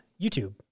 YouTube